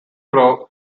grove